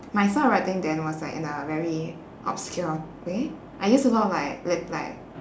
my style of writing then was like in a very obscure way I used a lot of like le~ like